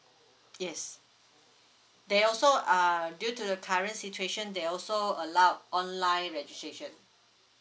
yes they also uh due to the current situation they also allow online registration